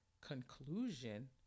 conclusion